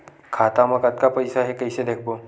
खाता मा कतका पईसा हे कइसे देखबो?